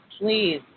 Please